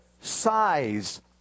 size